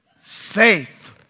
faith